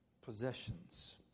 possessions